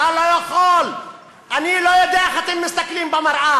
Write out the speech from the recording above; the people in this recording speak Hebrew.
אתה לא יכול, אני לא יודע איך אתם מסתכלים במראה,